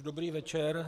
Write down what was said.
Dobrý večer.